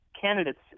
Candidates